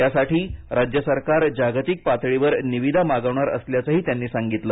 यासाठी राज्य सरकार जागतिक पातळीवर निविदा मागवणार असल्याचंही त्यांनी सांगितलं